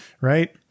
Right